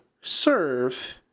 serve